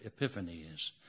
epiphanies